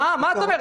אה, מה את אומרת?